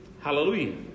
Hallelujah